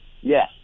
Yes